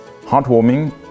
heartwarming